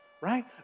right